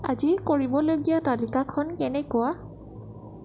আজিৰ কৰিবলগীয়া তালিকাখন কেনেকুৱা